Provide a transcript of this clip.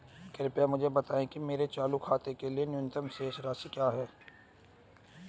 कृपया मुझे बताएं कि मेरे चालू खाते के लिए न्यूनतम शेष राशि क्या है